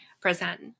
present